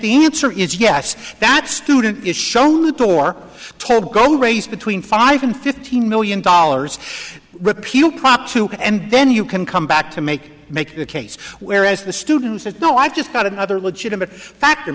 the answer is yes that student is shown the door togo raise between five and fifteen million dollars repeal prop two and then you can come back to make make the case whereas the students that know i've just got another legitimate factor